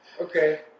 Okay